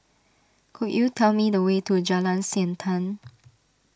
could you tell me the way to Jalan Siantan